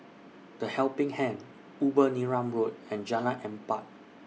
The Helping Hand Upper Neram Road and Jalan Empat